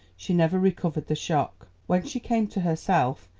she never recovered the shock. when she came to herself,